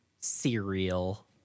Cereal